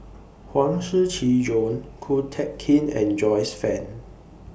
Huang Shiqi Joan Ko Teck Kin and Joyce fan